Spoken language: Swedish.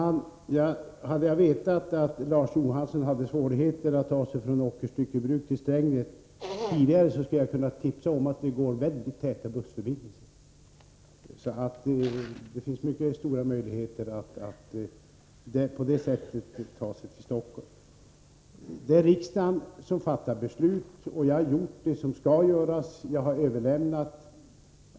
Herr talman! Om jag hade vetat att Larz Johansson hade svårt att ta sig från Strängnäs till Åkers Styckebruk skulle jag ha kunnat tipsa honom om att det där finns mycket täta bussförbindelser och således mycket goda möjligheter att på det sättet ta sig till Stockholm. Det är riksdagen som fattar beslut. Och jag har gjort det som skall göras.